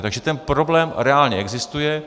Takže ten problém reálně existuje.